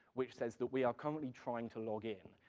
which says that we are currently trying to log in.